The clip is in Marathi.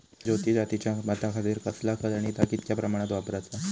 ज्योती जातीच्या भाताखातीर कसला खत आणि ता कितक्या प्रमाणात वापराचा?